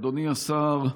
אדוני השר,